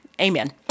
Amen